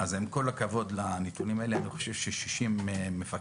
עם כל הכבוד לנתונים הללו, אני חושב ש-60 מפקחים